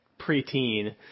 preteen